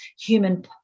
human